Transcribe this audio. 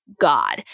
God